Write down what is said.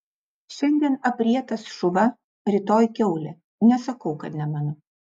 šiandien aprietas šuva rytoj kiaulė nesakau kad ne mano